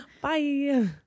Bye